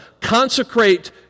Consecrate